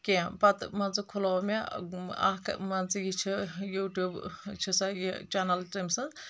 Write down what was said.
کینٛہہ پتہٕ مان ژٕ کھُلوو مےٚ اکھ مان ژٕ یہِ چھٕ یو ٹیٚوب یہِ چھِ سۄ یہِ چٮ۪نل تٔمۍ سٕنٛز